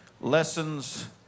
Lessons